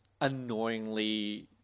annoyingly